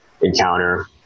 encounter